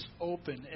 open